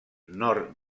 nord